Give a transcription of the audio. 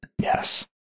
Yes